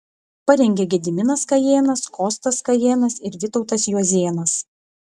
parengė gediminas kajėnas kostas kajėnas ir vytautas juozėnas